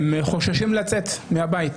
שהם חוששים לצאת מהבית,